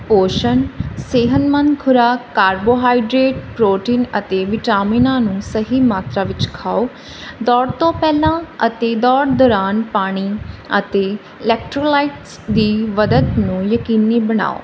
ਪੋਸ਼ਣ ਸਿਹਤਮੰਦ ਖੁਰਾਕ ਕਾਰਬੋਹਾਈਡਰੇਟ ਪ੍ਰੋਟੀਨ ਅਤੇ ਵਿਟਾਮਿਨਾਂ ਨੂੰ ਸਹੀ ਮਾਤਰਾ ਵਿੱਚ ਖਾਓ ਦੌੜ ਤੋਂ ਪਹਿਲਾਂ ਅਤੇ ਦੌੜ ਦੌਰਾਨ ਪਾਣੀ ਅਤੇ ਇਲੈਕਟਰੋਨਲਾਈਟਸ ਦੀ ਮਦਦ ਨੂੰ ਯਕੀਨੀ ਬਣਾਓ